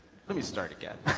let me start again.